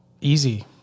easy